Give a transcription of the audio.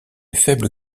faible